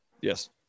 Yes